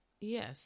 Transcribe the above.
Yes